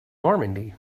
normandy